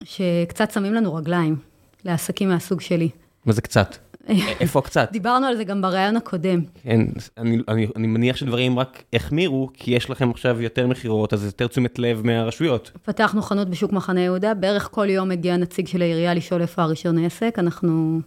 שקצת שמים לנו רגליים, לעסקים מהסוג שלי. מה זה קצת? איפה קצת? דיברנו על זה גם ברעיון הקודם. כן, אני, אני, אני מניח שדברים רק החמירו, כי יש לכם עכשיו יותר מכירות, אז זה יותר תשומת לב מהרשויות. פתחנו חנות בשוק מחנה יהודה, בערך כל יום מגיע נציג של העירייה לשאול איפה הראשון העסק, אנחנו...